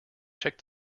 check